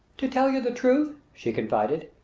to tell you the truth, she confided,